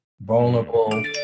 vulnerable